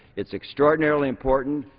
it's extraordinarily important.